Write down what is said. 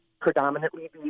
predominantly